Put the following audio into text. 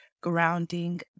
grounding